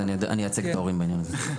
אז אני אייצג את ההורים בעניין הזה.